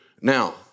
Now